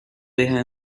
hija